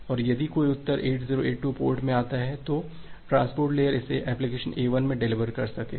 और यदि कोई उत्तर 8082 पोर्ट में आता है तो ट्रांसपोर्ट लेयर इसे एप्लीकेशन A1 में डिलीवर कर सकेगा